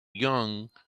young